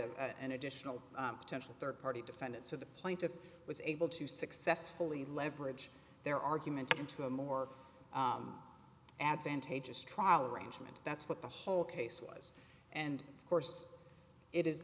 a an additional potential third party defendant so the plaintiff was able to successfully leverage their argument into a more advantageous trial arrangement that's what the whole case was and of course it is